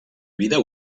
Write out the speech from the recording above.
vida